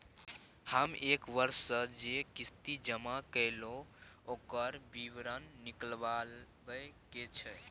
हम एक वर्ष स जे किस्ती जमा कैलौ, ओकर विवरण निकलवाबे के छै?